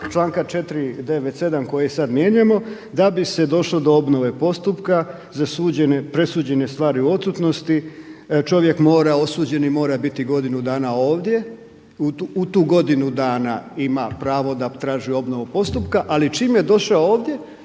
članka 497. koji sad mijenjamo da bi se došlo do obnove postupka za presuđene stvari u odsutnosti čovjek mora, osuđeni mora biti godinu dana ovdje. U tu godinu dana ima pravo da traži obnovu postupka, ali čim je došao ovdje